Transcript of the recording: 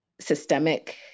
systemic